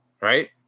right